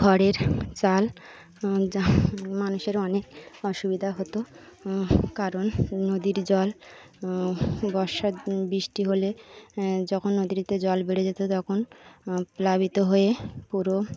ঘরের চাল যা মানুষের অনেক অসুবিধা হতো কারণ নদীর জল বর্ষার বৃষ্টি হলে যখন নদীতে জল বেড়ে যেতো তখন প্লাবিত হয়ে পুরো